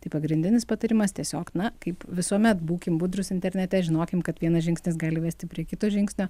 tai pagrindinis patarimas tiesiog na kaip visuomet būkim budrūs internete žinokim kad vienas žingsnis gali vesti prie kito žingsnio